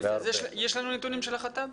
יש לנו נתונים של החטיבה?